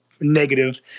negative